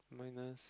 minus